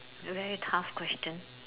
very tough question